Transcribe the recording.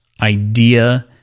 Idea